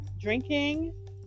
drinking